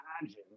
imagine